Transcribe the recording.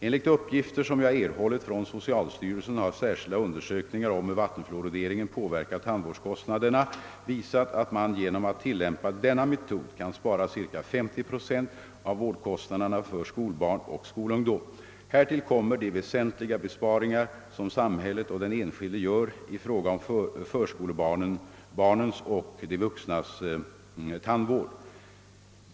Enligt uppgifter som jag erhållit från socialstyrelsen har särskilda undersökningar om hur vattenfluorideringen påverkar tandvårdskostnaderna visat, att man genom att tillämpa denna metod kan spara ca 50 procent av vårdkostnaderna för skolbarn och skolungdom. Härtill kommer de väsentliga besparingar som samhället och den enskilde gör i fråga om förskolebarnens och de vuxnas tandvård.